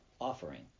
offering